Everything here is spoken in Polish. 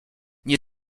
nie